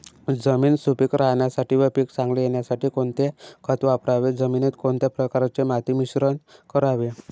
जमीन सुपिक राहण्यासाठी व पीक चांगले येण्यासाठी कोणते खत वापरावे? जमिनीत कोणत्या प्रकारचे माती मिश्रण करावे?